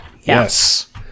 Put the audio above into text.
Yes